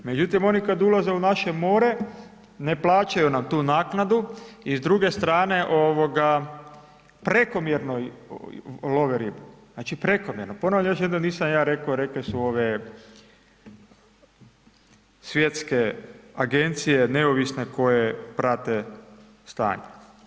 Međutim, oni kad ulaze u naše more ne plaćaju nam tu naknadu i s druge strane ovoga prekomjerno love ribu, znači prekomjerno ponavljam još jednom nisam ja reko, rekle su ove svjetske agencije, neovisne koje prate stanje.